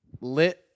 lit